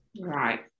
Right